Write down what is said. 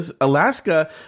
Alaska